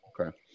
okay